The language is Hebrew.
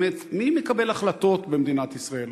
באמת: מי מקבל החלטות במדינת ישראל,